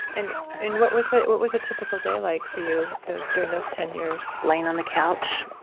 and and what was what was a typical day like for you, those during those ten years? laying on the couch.